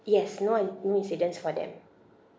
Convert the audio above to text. yes no an~ no incidents for them